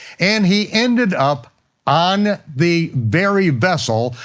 and he ended up on the very vessel,